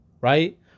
right